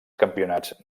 campionats